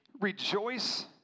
rejoice